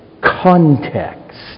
context